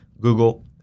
Google